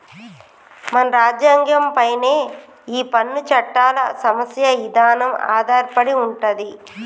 మన రాజ్యంగం పైనే ఈ పన్ను చట్టాల సమస్య ఇదానం ఆధారపడి ఉంటది